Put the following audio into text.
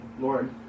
Lord